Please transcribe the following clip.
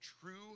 true